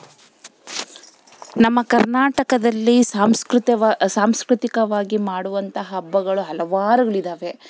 ನಮ್ಮ ಕರ್ನಾಟಕದಲ್ಲಿ ಸಾಂಸ್ಕೃತವಾ ಸಾಂಸ್ಕೃತಿಕವಾಗಿ ಮಾಡುವಂಥ ಹಬ್ಬಗಳು ಹಲವಾರುಗಳಿದ್ದಾವೆ